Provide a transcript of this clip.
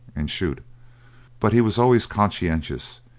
and shoot but he was always conscientious,